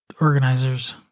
organizers